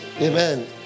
Amen